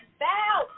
bow